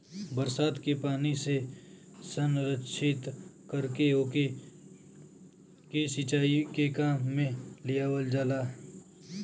बरसात के पानी से संरक्षित करके ओके के सिंचाई के काम में लियावल जाला